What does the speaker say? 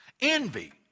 Envy